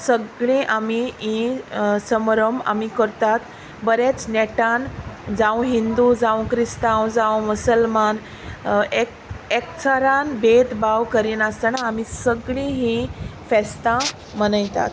सगळीं आमी हीं समारंभ आमी करतात बरेंच नेटान जावं हिंदू जावं क्रिस्तांव जावं मुसलमान एक एकचारान भेदभाव करिनासतना आमी सगळीं हीं फेस्तां मनयतात